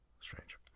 Strange